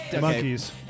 Monkeys